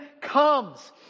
comes